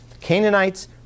Canaanites